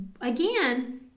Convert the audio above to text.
again